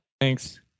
Thanks